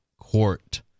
court